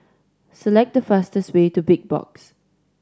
select the fastest way to Big Box